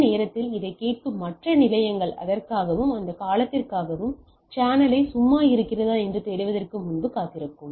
இந்த நேரத்தில் இதைக் கேட்கும் மற்ற நிலையங்கள் அதற்காகவும் அந்த காலத்திற்காகவும் சேனலை சும்மா இருக்கிறதா என்று தேடுவதற்கு முன்பு காத்திருக்கும்